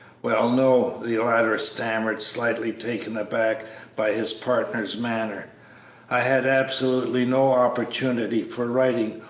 well, no, the latter stammered, slightly taken aback by his partner's manner i had absolutely no opportunity for writing,